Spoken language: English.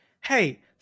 hey